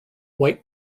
white